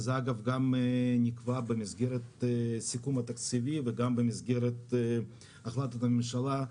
וזה אגב גם נקבע במסגרת הסיכום התקציבי וגם במסגרת החלטת הממשלה,